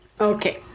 okay